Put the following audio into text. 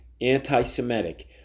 Anti-Semitic